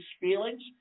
feelings